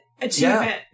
achievement